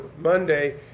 Monday